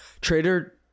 Trader